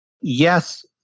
yes